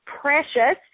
precious